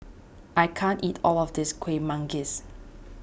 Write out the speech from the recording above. I can't eat all of this Kueh Manggis